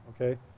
Okay